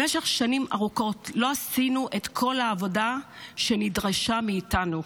במשך שנים ארוכות לא עשינו את כל העבודה שנדרשה מאיתנו.